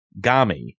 Gami